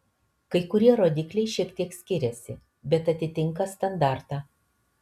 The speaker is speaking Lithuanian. kai kurie rodikliai šiek tiek skiriasi bet atitinka standartą